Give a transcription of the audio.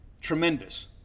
Tremendous